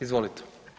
Izvolite.